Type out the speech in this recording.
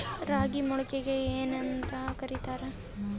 ರಾಗಿ ಮೊಳಕೆಗೆ ಏನ್ಯಾಂತ ಕರಿತಾರ?